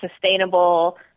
sustainable